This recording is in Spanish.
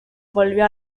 volvió